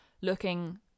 looking